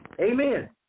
Amen